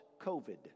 COVID